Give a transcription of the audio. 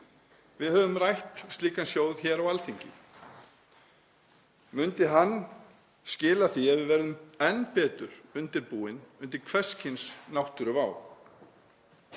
Við höfum rætt um slíkan sjóð hér á Alþingi. Myndi hann skila því að við yrðum enn betur undirbúin undir hvers kyns náttúruvá.